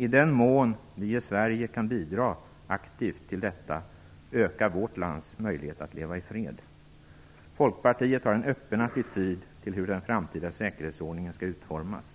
I den mån vi i Sverige aktivt kan bidra till detta ökar vårt lands möjlighet att leva i fred. Folkpartiet har en öppen attityd till hur den framtida säkerhetsordningen skall utformas.